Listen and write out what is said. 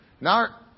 Now